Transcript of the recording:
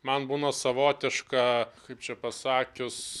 man būna savotiška kaip čia pasakius